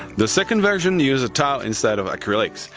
the second version used a tile instead of acrylics,